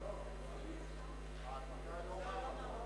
ההנמקה לא מהמקום,